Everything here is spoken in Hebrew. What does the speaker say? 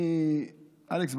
אלכס,